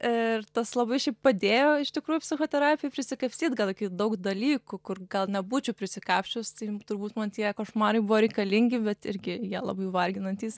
ir tas labai šiaip padėjo iš tikrųjų psichoterapijoj prisikapstyt gal kai daug dalykų kur gal nebūčiau prisikapsčius tai turbūt man tie košmarai buvo reikalingi bet irgi jie labai varginantys